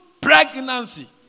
pregnancy